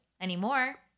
anymore